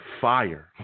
fire